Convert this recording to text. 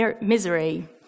misery